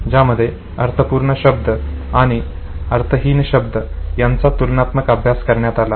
ज्यामध्ये अर्थपूर्ण शब्द आणि अर्थहीन शब्द यांचा तुलनात्मक अभ्यास करण्यात आला